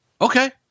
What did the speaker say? Okay